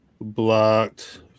blocked